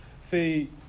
See